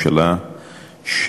ואמרתי את זה בישיבת הממשלה,